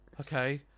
okay